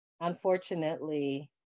Unfortunately